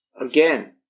again